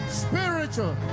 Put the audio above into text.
spiritual